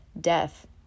Death